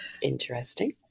Interesting